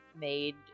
made